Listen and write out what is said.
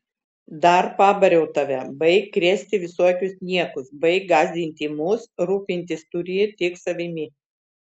dar pabariau tave baik krėsti visokius niekus baik gąsdinti mus rūpintis turi tik savimi